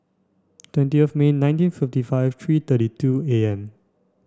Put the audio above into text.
twentieth May nineteen fifty five three thirty two A M